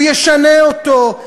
הוא ישנה אותו,